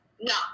No